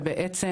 ובעצם,